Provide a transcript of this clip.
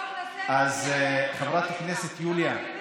חברת הכנסת יוליה,